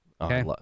Okay